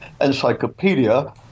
encyclopedia